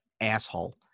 asshole